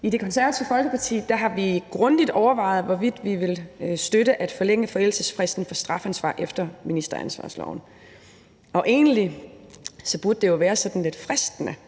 I Det Konservative Folkeparti har vi grundigt overvejet, hvorvidt vi vil støtte at forlænge forældelsesfristen for strafansvar efter ministeransvarlighedsloven. Egentlig burde det jo være sådan lidt fristende